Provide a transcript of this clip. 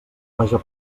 major